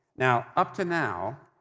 now, up to now,